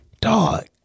Dog